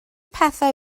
pethau